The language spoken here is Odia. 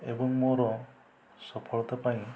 ଏବଂ ମୋର ସଫଳତା ପାଇଁ